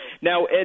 now